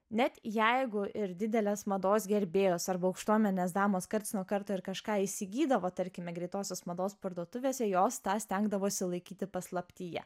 net jeigu ir didelės mados gerbėjos arba aukštuomenės damos karts nuo karto ir kažką įsigydavo tarkime greitosios mados parduotuvėse jos stengdavosi laikyti paslaptyje